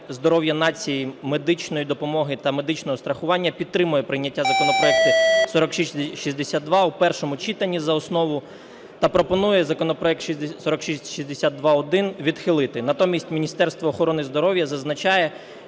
здоров'я нації, медичної допомоги та медичного страхування підтримує прийняття законопроекту 4662 в першому читанні за основу, та пропонує законопроект 4662-1 відхилити. Натомість Міністерство охорони здоров'я зазначає,